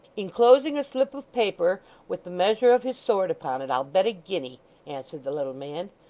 inclosing a slip of paper with the measure of his sword upon it, i'll bet a guinea answered the little man.